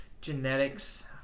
Genetics